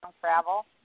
travel